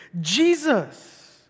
Jesus